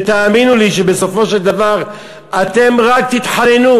ותאמינו לי שבסופו של דבר אתם רק תתחננו: